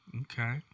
Okay